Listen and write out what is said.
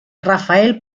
rafael